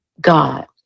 God